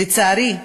לצערי,